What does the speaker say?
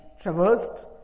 traversed